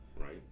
right